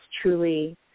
truly